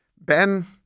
Ben